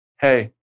hey